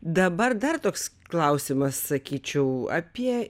dabar dar toks klausimas sakyčiau apie